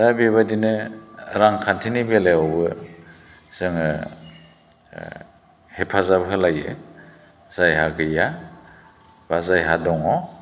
दा बेबायदिनो रांखान्थिनि बेलायावबो जोङो हेफाजाब होलायो जायहा गैया एबा जायहा दङ